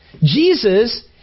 Jesus